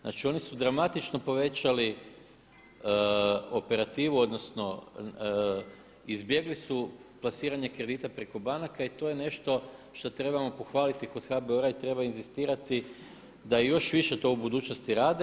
Znači oni su dramatično povećali operativu odnosno izbjegli su plasiranje kredita preko banaka i to je nešto što trebamo pohvaliti kod HBOR-a i treba inzistirati da i još više to u budućnosti rade.